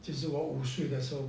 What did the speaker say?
就是我五岁的时候